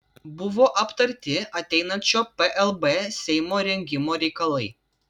buvo aptarti ateinančio plb seimo rengimo reikalai